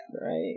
Right